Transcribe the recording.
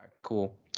cool